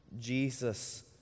Jesus